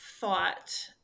Thought